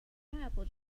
pineapple